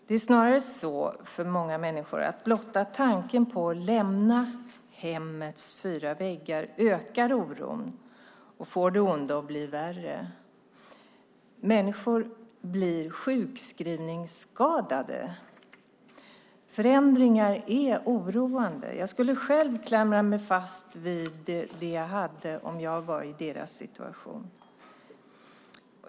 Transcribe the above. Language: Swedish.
Det är snarare så, för många människor, att blotta tanken på att lämna hemmets fyra väggar ökar oron och får det onda att bli värre. Människor blir sjukskrivningsskadade. Förändringar är oroande. Jag skulle själv klamra mig fast vid det jag hade om jag var i deras situation.